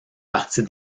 partie